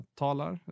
talar